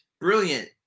brilliant